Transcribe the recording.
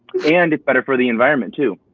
and it's better for the environment, too.